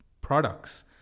products